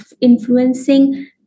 influencing